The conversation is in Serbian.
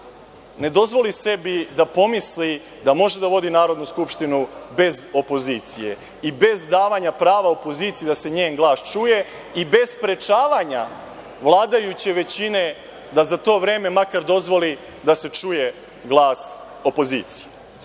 ne dozvoli sebi da pomisli da može da vodi Narodnu skupštinu bez opozicije i bez davanja prava opoziciji da se njen glas čuje i bez sprečavanja vladajuće većine da za to vreme makar dozvoli da se čuje glas opozicije. Ono